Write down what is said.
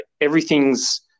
everything's